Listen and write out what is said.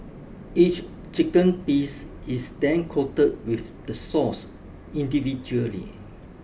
each chicken piece is then coated with the sauce individually